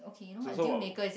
so so while